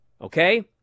okay